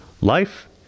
Life